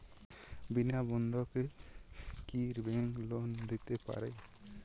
বিনা বন্ধকে কি bank loan দিতে পারে?